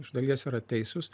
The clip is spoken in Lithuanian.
iš dalies yra teisūs